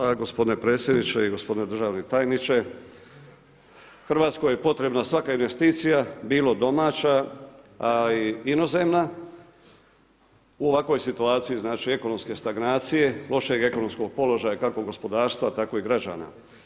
Hvala gospodine predsjedniče i gospodine državni tajniče, Hrvatskoj je potrebna svaka investicija, bilo domaća, inozemna, u ovakvoj situaciji znači ekonomske stagnacije, lošeg ekonomskog položaja kako gospodarstva, tako i građana.